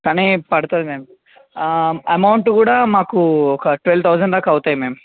కానీ పడుతుంది ma'am amount కూడా మాకు ఒక ట్వల్వ్ తౌజండ్ దాకా అవుతాయి మ్యామ్